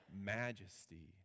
majesty